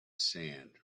sand